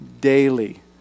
daily